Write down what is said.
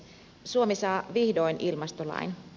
suomi saa vihdoin ilmastolain